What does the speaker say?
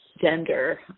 gender